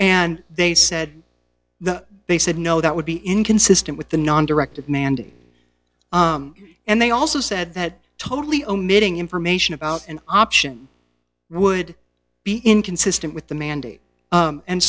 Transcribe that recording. and they said no they said no that would be inconsistent with the non directed mandate and they also said that totally omitting information about an option would be inconsistent with the mandate